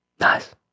Nice